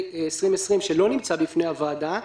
תש"ף-2020, שלא נמצא בפני הוועדה,